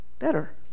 better